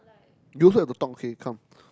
you also have to talk okay come